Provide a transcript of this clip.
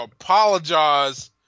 apologize